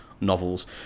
novels